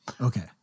Okay